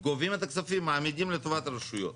גובים את הכספים, מעמידים לטובת הרשויות.